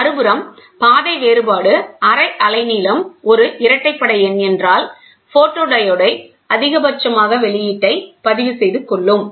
மறுபுறம் பாதை வேறுபாடு அரை அலைநீளம் ஒரு இரட்டைப்படை எண் என்றால் போட்டோடியோடை அதிகபட்சமான வெளியீட்டை பதிவுசெய்து கொள்ளும்